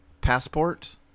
passport